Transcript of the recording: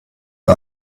wir